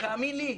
תאמין לי,